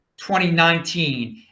2019